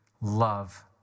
love